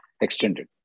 extended